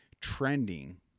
trending